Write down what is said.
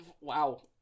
wow